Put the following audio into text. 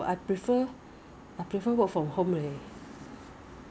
没有 communication with your colleagues 你要有 communication